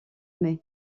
mai